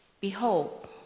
Behold